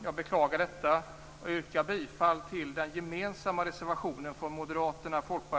Jag beklagar detta och yrkar bifall till den gemensamma reservationen från Moderaterna,